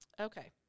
Okay